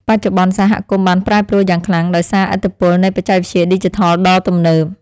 បច្ចុប្បន្ន សហគមន៍បានប្រែប្រួលយ៉ាងខ្លាំងដោយសារឥទ្ធិពលនៃបច្ចេកវិទ្យាឌីជីថលដ៏ទំនើប។